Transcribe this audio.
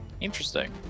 Interesting